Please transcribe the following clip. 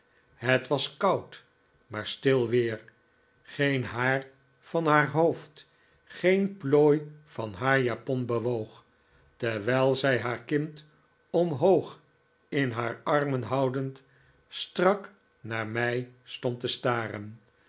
het was koud maar stil weer geen haar van haar hoofd geen plooi van haar japon bewoog terwijl zij haar kind omhoog in haar armen houdend strak naar mij stond te staven